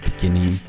beginning